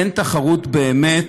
אין תחרות באמת,